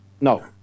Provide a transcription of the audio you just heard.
No